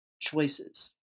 choices